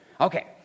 Okay